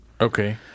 Okay